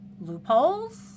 loopholes